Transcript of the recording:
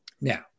Now